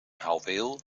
houweel